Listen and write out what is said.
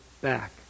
back